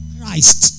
Christ